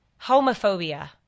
homophobia